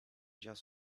just